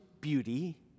beauty